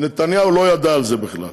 נתניהו לא ידע על זה בכלל,